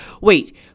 Wait